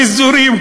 חיזורים,